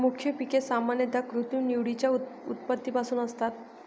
मुख्य पिके सामान्यतः कृत्रिम निवडीच्या उत्पत्तीपासून असतात